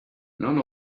none